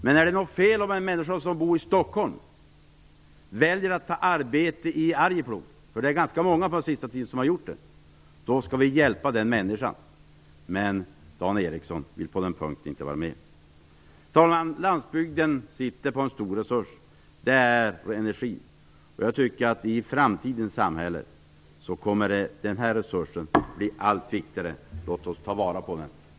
Men är det något fel om människor som bor i Stockholm väljer att ta arbete i Arjeplog, vilket ganska många har gjort under senare tid? Vi tycker att man skall hjälpa dessa människor, men Dan Ericsson vill inte medverka på den punkten. Landsbygden sitter på en stor resurs, nämligen energi. Den resursen kommer att bli allt viktigare i framtidens samhälle. Låt oss ta vara på den.